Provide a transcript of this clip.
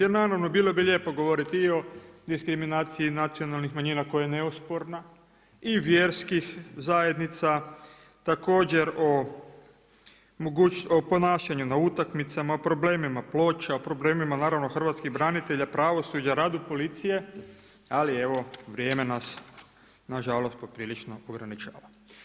Jer naravno bilo bi lijepo govoriti i o diskriminaciji nacionalnih manjina koja je neosporna i vjerskih zajednica, također o ponašanju na utakmicama, problemima ploča, problemima naravno hrvatskih branitelja, pravosuđa, radu policije, ali evo vrijeme nas na žalost poprilično ograničava.